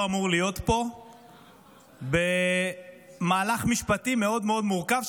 אמור להיות פה במהלך משפטי מאוד מאוד מורכב,